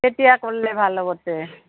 কেতিয়া ক'ললে ভাল হ'ব তে